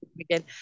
again